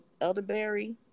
elderberry